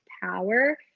power